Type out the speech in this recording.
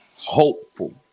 Hopeful